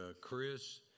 Chris